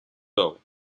though